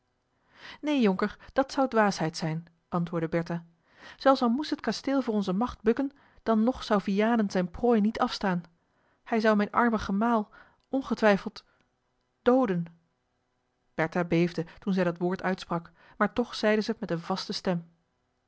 neen jonker dat zou dwaasheid zijn antwoordde bertha zelfs al moest het kasteel voor onze macht bukken dan nog zou vianen zijne prooi niet afstaan hij zou mijn armen gemaal ongetwijfeld dooden bertha beefde toen zij dat woord uitsprak maar toch zeide zij het met eene vaste stem